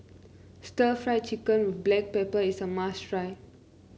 stir Fry Chicken with Black Pepper is a must try